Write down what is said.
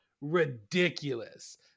ridiculous